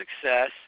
success